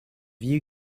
you